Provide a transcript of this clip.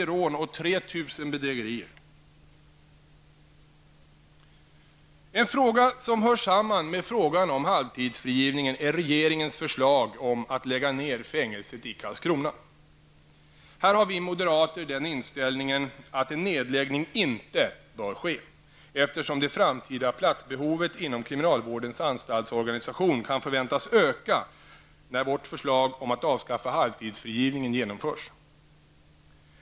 En fråga som hör samman med frågan om halvtidsfrigivningen är regeringens förslag att lägga ned fängelset i Karlskrona. Vi moderater har den inställningen att en nedläggning inte bör ske, eftersom det framtida platsbehovet inom kriminalvårdens anstaltsorganisation kan förväntas öka när vårt förslag om att avskaffa halvtidsfrigivningen har genomförts.